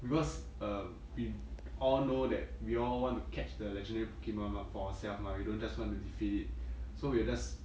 because uh we all know that we all want to catch the legendary pokemon mah for ourself mah we don't just want to defeat it so we'll just